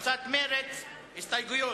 קבוצת הארבעה, הסתייגות.